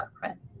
government